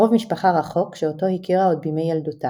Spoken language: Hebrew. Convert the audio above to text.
קרוב משפחה רחוק שאותו הכירה עוד בימי ילדותה.